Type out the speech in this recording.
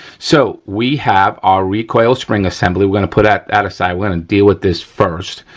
so, we have our recoil spring assembly we're gonna put that that aside. we're gonna deal with this first.